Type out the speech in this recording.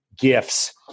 gifts